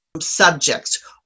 subjects